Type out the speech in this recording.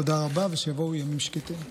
תודה רבה, ושיבואו ימים שקטים.